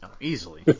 Easily